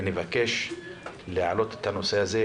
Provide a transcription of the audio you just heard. ונבקש להעלות את הנושא הזה,